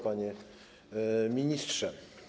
Panie Ministrze!